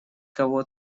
кого